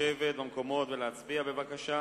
לשבת במקומות ולהצביע, בבקשה.